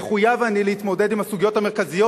מחויב אני להתמודד עם הסוגיות המרכזיות